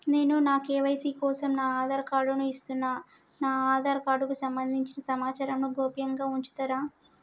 నేను నా కే.వై.సీ కోసం నా ఆధార్ కార్డు ను ఇస్తున్నా నా ఆధార్ కార్డుకు సంబంధించిన సమాచారంను గోప్యంగా ఉంచుతరా?